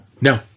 No